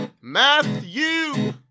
Matthew